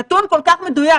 נתון כל כך מדויק,